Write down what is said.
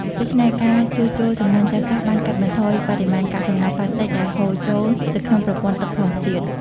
ដូច្នេះ ការជួសជុលសំណាញ់ចាស់ៗបានកាត់បន្ថយបរិមាណកាកសំណល់ប្លាស្ទិកដែលហូរចូលទៅក្នុងប្រព័ន្ធទឹកធម្មជាតិ។